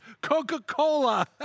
Coca-Cola